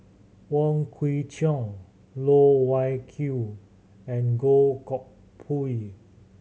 Wong Kwei Cheong Loh Wai Kiew and Goh Koh Pui